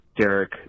Derek